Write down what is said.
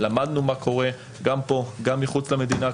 למדנו מה קורה גם פה וגם מחוץ למדינה.